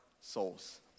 souls